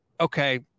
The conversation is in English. okay